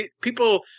People